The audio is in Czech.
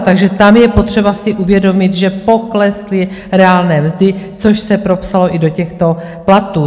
Takže tam je potřeba si uvědomit, že poklesly reálné mzdy, což se propsalo i do těchto platů.